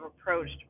approached